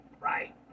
Right